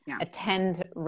attend